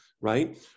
right